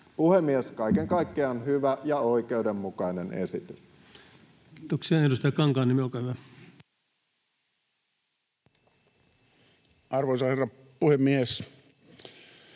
Puhemies! Kaiken kaikkiaan hyvä ja oikeudenmukainen esitys. Kiitoksia. — Edustaja Kankaanniemi, olkaa hyvä. Arvoisa herra puhemies!